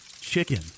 chicken